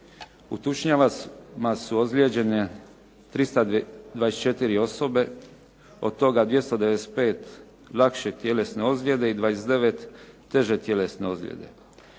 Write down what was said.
U tučnjava su ozljeđene 324 osobe, od toga 295 lakše tjelesne ozljede i 29 teže tjelesne ozljede.